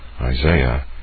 Isaiah